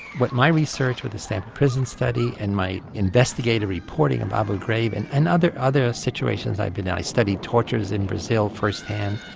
what my research with the stanford prison study, and my investigative reporting of abu ghraib, and and other other situations i've been. i studied tortures in brazil first hand.